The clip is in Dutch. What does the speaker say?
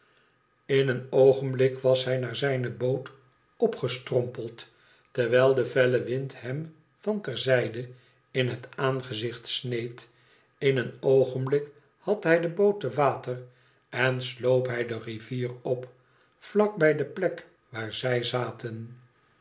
in een oogenblik was hij naar zijne boot opgestrompeld terwijl de felle wind hem van ter zijde in het aangezicht sneed in een oogenblik had hij de boot te water en sloop hij de rivier op vlak bij de plek waar zij zaten